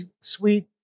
sweet